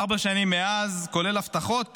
ארבע שנים מאז, כולל הבטחות